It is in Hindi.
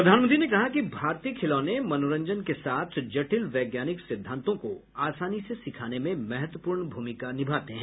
प्रधानमंत्री ने कहा कि भारतीय खिलौने मनोरंजन के साथ जटिल वैज्ञानिक सिद्धांतों को आसानी से सिखाने में महत्वपूर्ण भूमिका निभाते हैं